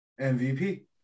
MVP